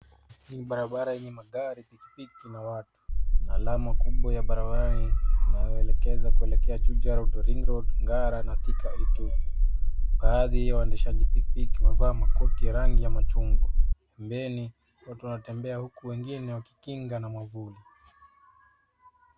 Ni barabara yenye magari, pikipiki na watu na alama kubwa ya barabarani inayoelekeza kuelekea juja road, outering road, Ngara naThika . Baadhi ya waendeshaji pikipiki wamevaa makoti ya rangi ya machungwa. Pembeni watu wanatembea huku wengine wakikinga na mwavuli.